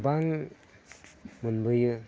गोबां मोनबोयो